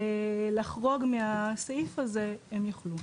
לחרוג מהסעיף הזה הם יוכלו.